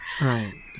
Right